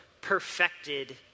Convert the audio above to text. perfected